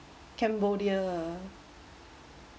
cambodia